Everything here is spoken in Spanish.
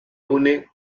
une